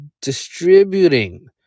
distributing